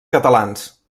catalans